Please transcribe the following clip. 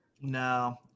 No